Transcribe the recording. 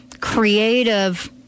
creative